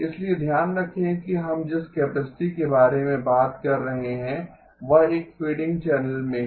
इसलिए ध्यान रखें कि हम जिस कैपेसिटी के बारे में बात कर रहे हैं वह एक फ़ेडिंग चैनल में है